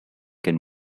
can